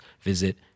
visit